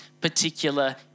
particular